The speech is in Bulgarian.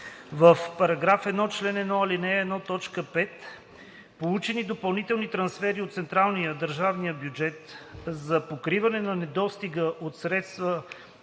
В § 1, чл. 1, ал. 1, т. 5 Получени допълнителни трансфери от централния/държавния бюджет за покриване на недостига от средства